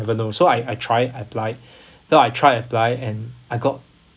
never know so I I tried I applied afterward I tried and applied and I got